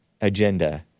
agenda